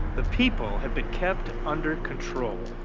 the people have been kept under control.